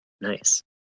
Nice